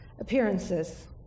appearances